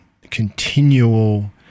continual